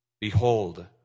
Behold